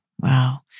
Wow